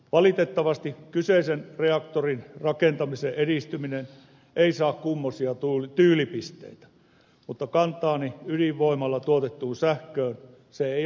valitettavasti kyseisen reaktorin rakentamisen edistyminen ei saa kummoisia tyylipisteitä mutta kantaani ydinvoimalla tuotettuun sähköön se ei ole muuttanut